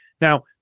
Now